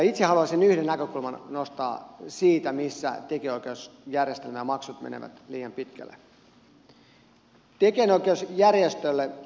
itse haluaisin yhden näkökulman nostaa siihen missä tekijänoikeusjärjestelmä ja maksut menevät liian pitkälle